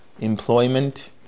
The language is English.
employment